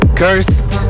cursed